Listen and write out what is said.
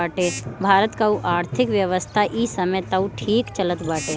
भारत कअ आर्थिक व्यवस्था इ समय तअ ठीक चलत बाटे